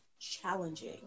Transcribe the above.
challenging